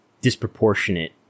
disproportionate